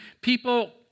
people